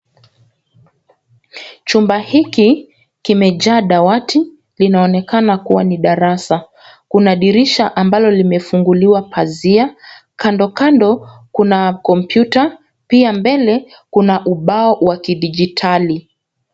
Chumba hiki kimejaa dawati, linaonekana kuwa ni darasa. Kuna dirisha ambalo limefunguliwa pazia. Kando kando kuna kompiuta, pia mbele kuna ubao wa kidijitali.